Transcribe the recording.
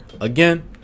Again